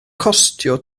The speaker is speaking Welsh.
costio